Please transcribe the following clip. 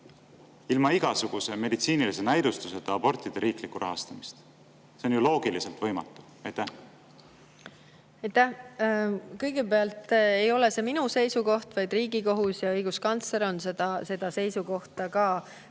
ilma igasuguse meditsiinilise näidustuseta abortide riiklikku rahastamist? See on ju loogiliselt võimatu. Aitäh! Kõigepealt, see ei ole minu seisukoht, vaid Riigikohus ja õiguskantsler on seda seisukohta ka väljendanud.